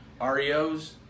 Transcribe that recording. REOs